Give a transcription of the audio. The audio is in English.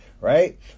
right